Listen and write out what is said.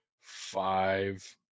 five